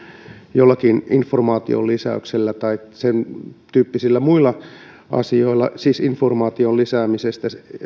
jollakin informaation lisäyksellä tai sentyyppisillä muilla asioilla siis informaation lisäämisellä